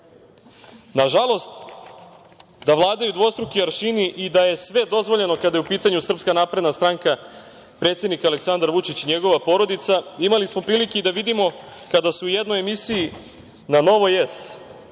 licemerno. Nažalost, da vladaju dvostruki aršini i da je sve dozvoljeno kada je u pitanju SNS, predsednik Aleksandar Vučić i njegova porodica, imali smo prilike i da vidimo kada su u jednoj emisiji na Novoj S